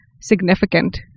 significant